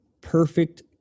perfect